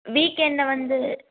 week எண்ட்டில் வந்து